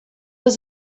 was